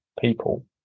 people